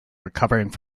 recovering